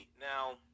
now